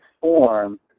form